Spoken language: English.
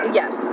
yes